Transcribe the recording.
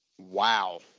Wow